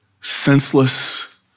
senseless